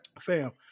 Fam